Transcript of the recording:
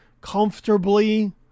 comfortably